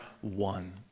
one